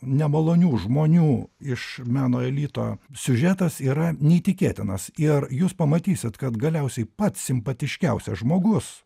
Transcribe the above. nemalonių žmonių iš meno elito siužetas yra neįtikėtinas ir jūs pamatysit kad galiausiai pats simpatiškiausias žmogus